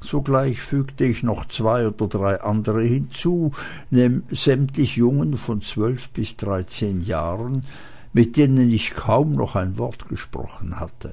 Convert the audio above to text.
sogleich fügte ich noch zwei oder drei andere hinzu sämtlich jungen von zwölf bis dreizehn jahren mit denen ich kaum noch ein wort gesprochen hatte